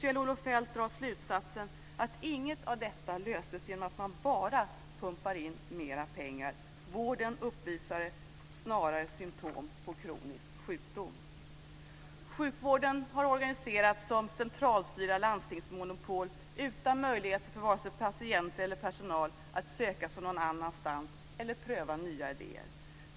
Kjell-Olof Feldt drar slutsatsen att inget av detta löses genom att man bara pumpar in mera pengar. Vården uppvisar snarare symtom på kronisk sjukdom. Sjukvården har organiserats som centralstyrda landstingsmonopol utan möjlighet för vare sig patienter eller personal att söka sig någon annanstans eller pröva nya idéer.